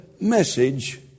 message